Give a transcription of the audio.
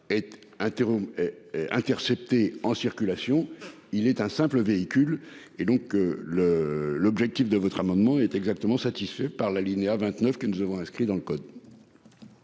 Intercepté en circulation. Il est un simple véhicule et donc le, l'objectif de votre amendement est exactement satisfaits par l'alinéa 29 que nous avons inscrit dans le code.